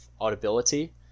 audibility